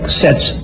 sets